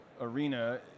arena